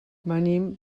venim